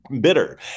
bitter